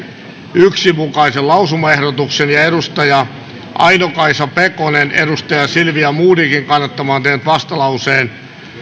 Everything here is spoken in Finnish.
yhden mukaisen lausumaehdotuksen ja ja aino kaisa pekonen silvia modigin kannattamana tehnyt vastalauseen